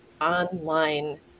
online